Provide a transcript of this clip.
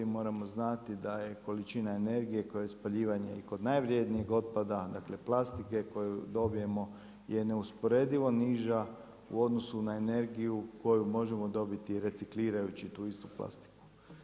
Moramo znati da je količina energije kod spaljivanja i kod najvrjednijeg otpada, dakle plastike koju dobijemo je neusporedivo niža u odnosu na energiju koju možemo dobiti reciklirajući tu istu plastiku.